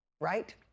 Right